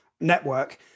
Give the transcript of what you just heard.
network